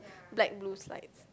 black blue slides